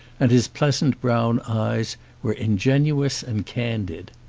and his pleasant brown eyes were ingenuous and candid.